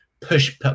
push